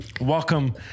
Welcome